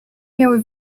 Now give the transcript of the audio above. miały